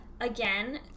again